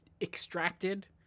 extracted